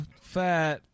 fat